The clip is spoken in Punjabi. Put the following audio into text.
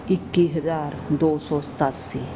ਇੱਕੀ ਹਜ਼ਾਰ ਦੋ ਸੌ ਸਤਾਸੀ